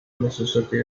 mississippi